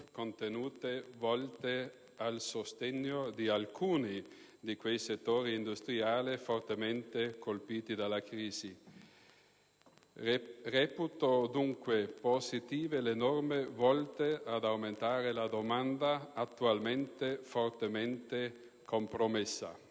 contenute volte al sostegno di alcuni di quei settori industriali fortemente colpiti dalla crisi. Reputo dunque positive le norme volte ad aumentare la domanda, attualmente fortemente compromessa.